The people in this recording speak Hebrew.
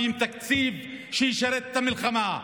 במלחמה מביאים תקציב שישרת את המלחמה,